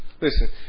Listen